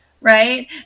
Right